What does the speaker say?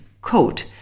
code